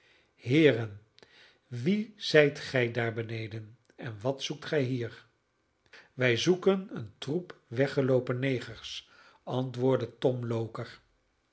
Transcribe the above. heeren wie zijt gij daar beneden en wat zoekt gij hier wij zoeken een troep weggeloopen negers antwoordde tom loker